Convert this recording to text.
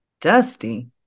Dusty